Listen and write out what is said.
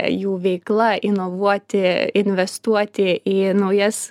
jų veikla inovuoti investuoti į naujas